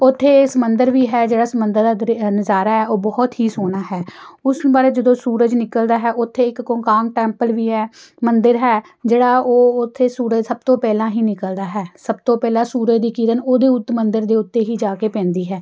ਉੱਥੇ ਸਮੁੰਦਰ ਵੀ ਹੈ ਜਿਹੜਾ ਸਮੁੰਦਰ ਆ ਨਜ਼ਾਰਾ ਉਹ ਬਹੁਤ ਹੀ ਸੋਹਣਾ ਹੈ ਉਸ ਬਾਰੇ ਜਦੋਂ ਸੂਰਜ ਨਿਕਲਦਾ ਹੈ ਉੱਥੇ ਇੱਕ ਕੋਕਾਂਗ ਟੈਂਪਲ ਵੀ ਹੈ ਮੰਦਰ ਹੈ ਜਿਹੜਾ ਉਹ ਉੱਥੇ ਸੂਰਜ ਸਭ ਤੋਂ ਪਹਿਲਾਂ ਹੀ ਨਿਕਲਦਾ ਹੈ ਸਭ ਤੋਂ ਪਹਿਲਾਂ ਸੂਰਜ ਦੀ ਕਿਰਨ ਉਹਦੇ ਉੱਤ ਮੰਦਰ ਦੇ ਉੱਤੇ ਹੀ ਜਾ ਕੇ ਪੈਂਦੀ ਹੈ